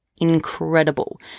Incredible